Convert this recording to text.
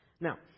Now